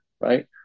right